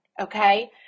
Okay